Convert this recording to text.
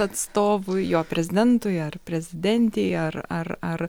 atstovui jo prezidentui ar prezidentei ar ar ar